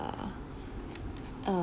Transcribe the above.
err err